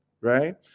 right